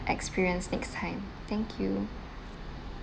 experience next time thank you